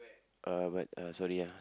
uh but uh sorry ah